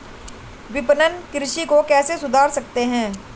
विपणन कृषि को कैसे सुधार सकते हैं?